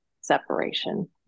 separation